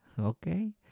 Okay